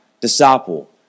disciple